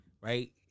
right